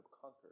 conquered